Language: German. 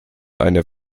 eine